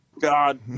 God